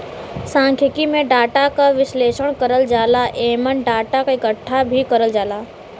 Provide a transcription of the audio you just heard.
सांख्यिकी में डाटा क विश्लेषण करल जाला एमन डाटा क इकठ्ठा भी करल जाला